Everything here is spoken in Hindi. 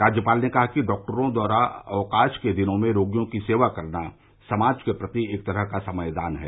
राज्यपाल ने कहा कि डॉक्टरों द्वारा अवकाश के दिनों में रोगियों की सेवा करना समाज के प्रति एक तरह का समयदान है